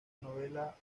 novela